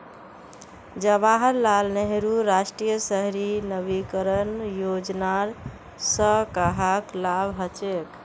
जवाहर लाल नेहरूर राष्ट्रीय शहरी नवीकरण योजनार स कहाक लाभ हछेक